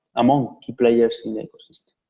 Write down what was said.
among key players in the ecosystem.